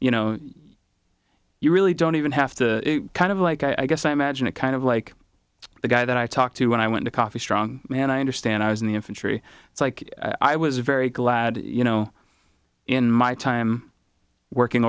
you know you really don't even have to kind of like i guess i imagine it kind of like the guy that i talked to when i went to coffee strong man i understand i was in the infantry it's like i was very glad you know in my time working